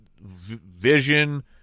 vision